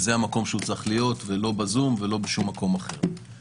זה המקום שבו הוא צריך להיות ולא במקום אחר או בזום.